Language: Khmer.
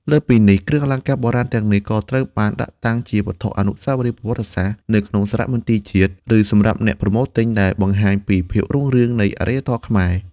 លើសពីនេះ គ្រឿងអលង្ការបុរាណទាំងនេះក៏ត្រូវបានដាក់តាំងជា វត្ថុអនុស្សាវរីយ៍ប្រវត្តិសាស្ត្រ នៅក្នុងសារមន្ទីរជាតិ ឬសម្រាប់អ្នកប្រមូលទិញ ដែលបង្ហាញពីភាពរុងរឿងនៃអរិយធម៌ខ្មែរ។